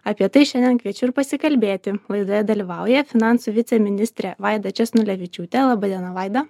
apie tai šiandien kviečiu ir pasikalbėti laidoje dalyvauja finansų viceministrė vaida česnulevičiūtė laba diena vaida